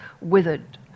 withered